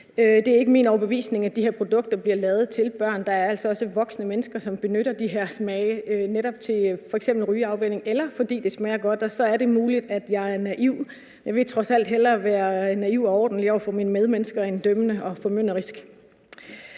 Det er ikke min overbevisning, at de her produkter bliver lavet til børn. Der er altså også voksne mennesker, der benytter sig af de her smage, f.eks. til netop rygeafvænning, eller fordi det smager godt. Og så er det muligt, at jeg er naiv, men jeg vil trods alt hellere være naiv og ordentlig over for mine medmennesker end være dømmende og formynderisk.